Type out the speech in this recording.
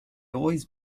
always